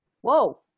Whoa